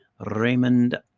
Raymond